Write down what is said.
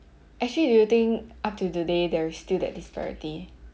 actually do you think up till today there is still that disparity